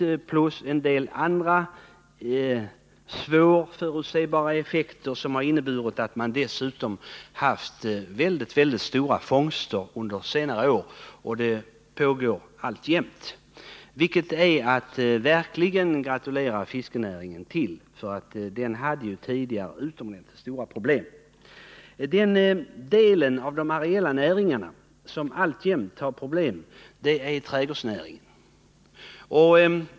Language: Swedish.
Detta plus en del andra svårförutsebara omständigheter har gjort att man under senare år har haft och fortfarande har väldigt stora fångster, vilket jag verkligen gratulerar fiskerinäringen till. Den näringen hade ju tidigare utomordentligt stora problem. Den del av de areella näringarna som alltjämt har problem är trädgårdsnäringen.